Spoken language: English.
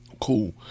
cool